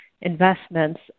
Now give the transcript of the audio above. investments